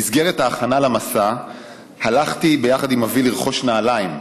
במסגרת ההכנה למסע הלכתי ביחד עם אבי לרכוש נעליים,